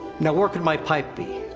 now where could my pipe be?